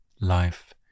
Life